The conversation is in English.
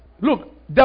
Look